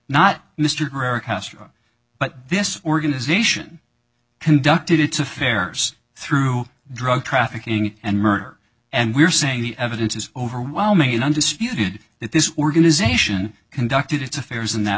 not mr kerik but this organization conducted its affairs through drug trafficking and murder and we're saying the evidence is overwhelming undisputed that this organization conducted its affairs in that